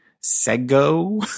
Sego